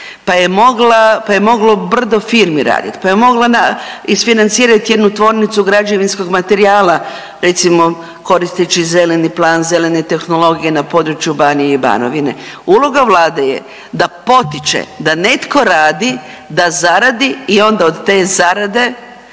pa je moglo brdo firmi raditi, pa je mogla isfinancirati jednu tvornicu građevinskog materijala recimo koristeći zeleni plan, zelene tehnologije na području Banije i Banovine. Uloga Vlade je da potiče da netko radi, da zaradi i onda od te zarade